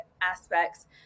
aspects